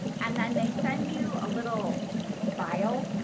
and then they send you a little vile,